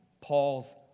Paul's